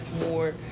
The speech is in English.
more